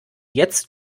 jetzt